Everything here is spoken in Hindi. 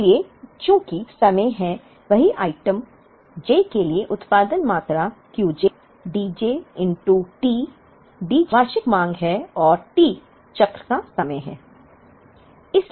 इसलिए चूंकि चक्र समय हैं वही आइटम j के लिए उत्पादन मात्रा Q j Q j होगा D j T D j वार्षिक मांग है औरT चक्र का समय है